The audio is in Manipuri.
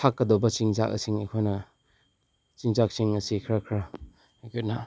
ꯊꯥꯛꯀꯗꯕ ꯆꯤꯟꯖꯥꯛ ꯑꯁꯤꯅꯤ ꯑꯩꯈꯣꯏꯅ ꯆꯤꯟꯖꯥꯛꯁꯤꯡ ꯑꯁꯤ ꯈꯔ ꯈꯔ ꯑꯩꯈꯣꯏꯅ